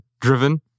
driven